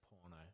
porno